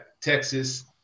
Texas